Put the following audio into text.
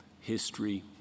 history